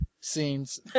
scenes